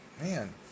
man